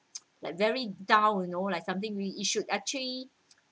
like very down you know like something we should actually